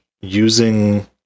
using